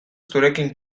zurekin